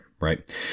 right